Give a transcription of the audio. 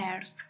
Earth